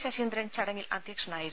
ശശീന്ദ്രൻ ചടങ്ങിൽ അധ്യക്ഷനായിരുന്നു